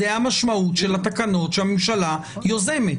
זו המשמעות של התקנות שהממשלה יוזמת.